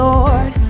Lord